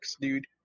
dude